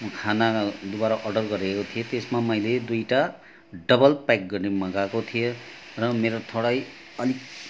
म खाना दुबारा खाना अर्डर गरेको थिएँ त्यसमा मैले दुइटा डबल प्याक गर्ने मगाको थिएँ र मेरो थोरै अलिक